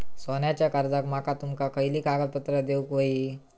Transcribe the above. सोन्याच्या कर्जाक माका तुमका खयली कागदपत्रा देऊक व्हयी?